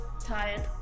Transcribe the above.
Tired